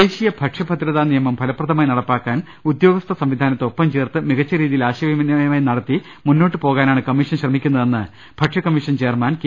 ദേശീയ ഭക്ഷ്യഭദ്രതാ നിയമം ഫലപ്രദമായി നടപ്പാക്കാൻ ഉദ്യോ ഗസ്ഥ സംവിധാനത്തെ ഒപ്പം ചേർത്ത് മികച്ച രീതിയിൽ ആശയവിനി യമം നടത്തി മുന്നോട്ട് പോകാനാണ് കമ്മീഷൻ ശ്രമിക്കുന്നതെന്ന് ഭക്ഷ്യ കമ്മീഷൻ ചെയർമാൻ കെ